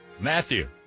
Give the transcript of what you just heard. Matthew